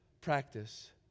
practice